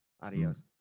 Adios